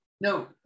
No